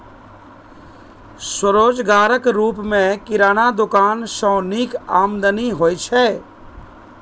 स्वरोजगारक रूप मे किराना दोकान सं नीक आमदनी होइ छै